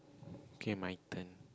K my turn